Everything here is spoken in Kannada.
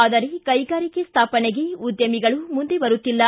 ಆದರೆ ಕೈಗಾರಿಕೆ ಸ್ಥಾಪನೆಗೆ ಉದ್ಯಮಿಗಳು ಮುಂದೆ ಬರುತ್ತಿಲ್ಲ